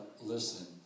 listen